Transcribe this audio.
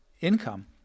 income